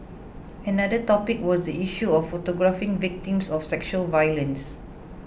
another topic was the issue of photographing victims of sexual violence